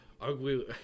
Ugly